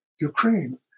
Ukraine